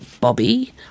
Bobby